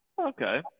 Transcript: Okay